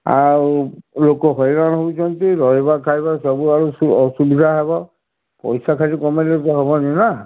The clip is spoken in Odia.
ଆଉ ଲୋକ ହଇରାଣ ହେଉଛନ୍ତି ରହିବା ଖାଇବା ସବୁ ଆଡ଼ୁ ଅସୁବିଧା ହେବ ପଇସା ଖାଲି କମେଇଲେ ତ ହେବନି ନା